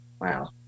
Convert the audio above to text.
wow